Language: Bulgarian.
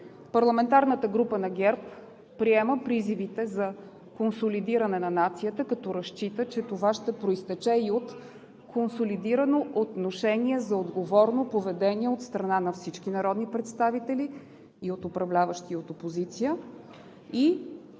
Парламентарната група на ГЕРБ приема призивите за консолидиране на нацията, като разчита, че това ще произтече и от консолидирано отношение за отговорно поведение от страна на всички народни представители – и от управляващи, и от опозиция, и